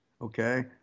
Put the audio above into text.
okay